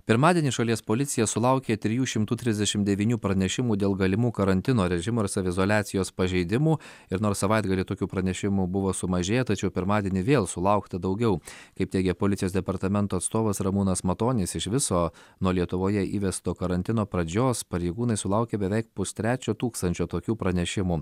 pirmadienį šalies policija sulaukė trijų šimtų trisdešimt devynių pranešimų dėl galimų karantino režimo ar saviizoliacijos pažeidimų ir nors savaitgalį tokių pranešimų buvo sumažėję tačiau pirmadienį vėl sulaukta daugiau kaip teigė policijos departamento atstovas ramūnas matonis iš viso nuo lietuvoje įvesto karantino pradžios pareigūnai sulaukė beveik pustrečio tūkstančio tokių pranešimų